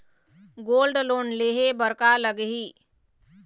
Gold loan लेहे बर का लगही?